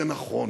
זה נכון.